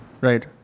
Right